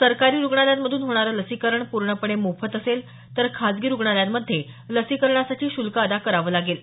सरकारी रुग्णालयांमधून होणारं लसीकरण पूर्णपणे मोफत असेल तर खासगी रुग्णालयांमध्ये लसीकरणासाठी शुल्क अदा करावं लागेल